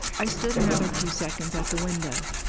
i stood another few seconds at the window.